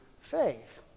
faith